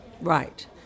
Right